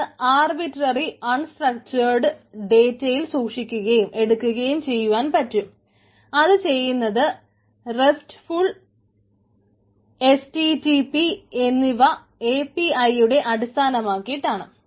അത് arbitrary unstructured എന്നിവ API യുടെ അടിസ്ഥാനമാക്കിയിട്ടാണ്